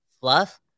fluff